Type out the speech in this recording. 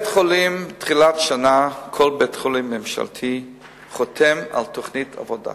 בתחילת שנה כל בית-חולים ממשלתי חותם על תוכנית עבודה,